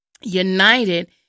united